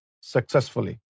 successfully